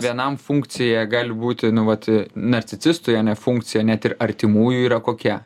vienam funkcija gali būti nu vat narcicistui ane funkcija net ir artimųjų yra kokia